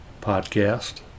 podcast